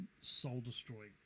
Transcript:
soul-destroying